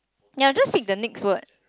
ya just pick the next word